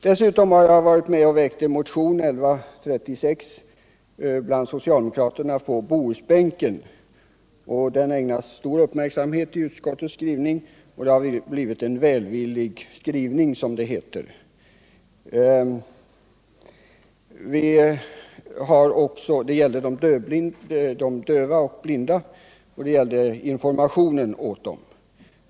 Dessutom har jag varit med och väckt en motion, nr 1136, tillsammans med socialdemokraterna på Bohusbänken, vilken ägnas stor uppmärksamhet i utskottets skrivning. Det har blivit en välvillig skrivning, som det heter. Det gällde informationen till de döva och blinda.